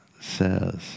says